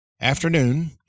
afternoon